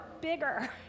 bigger